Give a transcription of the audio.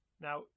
Now